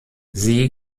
sie